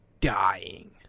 dying